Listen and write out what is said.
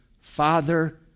father